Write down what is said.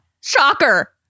shocker